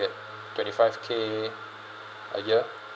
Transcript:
get twenty five K a year